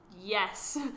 yes